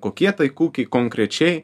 kokie tai kukiai konkrečiai